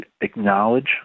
acknowledge